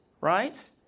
right